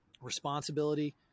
responsibility